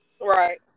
Right